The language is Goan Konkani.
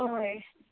होय